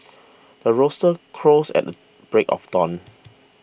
the rooster crows at the break of dawn